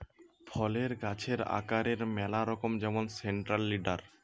ফলের গাছের আকারের ম্যালা রকম যেমন সেন্ট্রাল লিডার